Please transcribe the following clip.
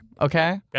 Okay